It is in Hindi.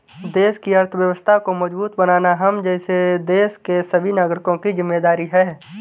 देश की अर्थव्यवस्था को मजबूत बनाना हम जैसे देश के सभी नागरिकों की जिम्मेदारी है